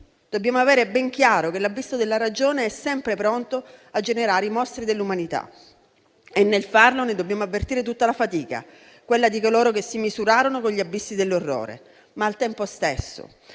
dobbiamo avere ben chiaro che l'abisso della ragione è sempre pronto a generare i mostri dell'umanità, e nel farlo ne dobbiamo avvertire tutta la fatica: quella di coloro che si misurarono con gli abissi dell'orrore. Al tempo stesso,